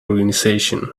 organization